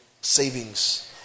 savings